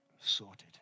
sorted